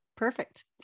Perfect